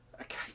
Okay